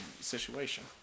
situation